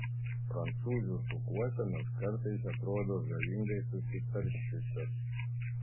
prancūzių šukuosenos kartais atrodo žavingai susitaršiusios